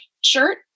shirt